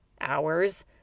hours